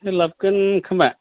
सोलाबगोन खोमा